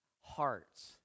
hearts